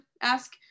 ask